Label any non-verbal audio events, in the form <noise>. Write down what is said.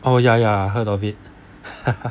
oh ya ya I heard of it <laughs>